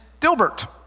Dilbert